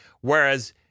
Whereas